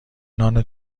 نان